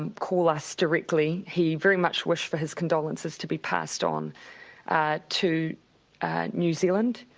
um call us directly. he very much wished for his condolences to be passed on to new zealand.